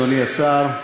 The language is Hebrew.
אדוני השר,